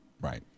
Right